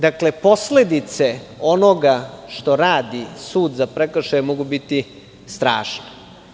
Dakle, posledice onoga što radi sud za prekršaje, mogu biti strašne.